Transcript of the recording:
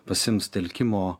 pasiims telkimo